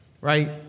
right